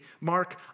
Mark